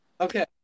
Okay